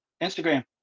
Instagram